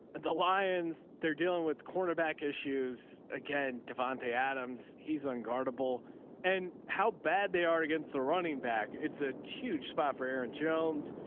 the lions they're dealing with cornerback issues again, davante adams he's unguardable and how bad they are against the running back. it's a huge spot for aaron jones.